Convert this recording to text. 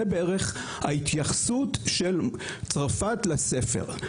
זה בערך ההתייחסות של צרפת לספר.